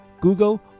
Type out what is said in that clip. Google